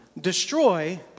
destroy